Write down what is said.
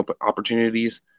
opportunities